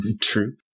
true